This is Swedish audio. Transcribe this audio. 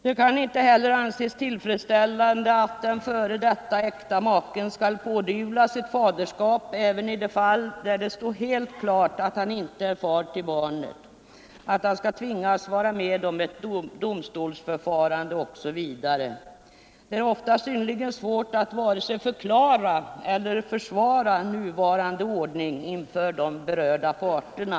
Det kan inte heller anses tillfredsställande att den f. d. äkta maken Onsdagen den skall pådyvlas ett faderskap även i det fall där det står helt klart att han 30-oktober:1974 inte är far till barnet och tvingas vara med om ett domstolsförfarande. Det I är ofta synnerligen svårt både att förklara och att försvara nuvarande ordning = Allmän egenpeninför de berörda parterna.